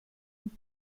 und